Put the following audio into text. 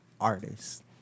artists